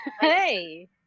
Hey